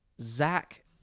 Zach